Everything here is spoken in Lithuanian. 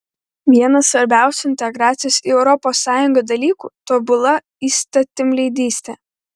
vienas svarbiausių integracijos į europos sąjungą dalykų tobula įstatymleidystė